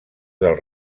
del